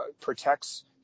protects